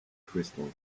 crystal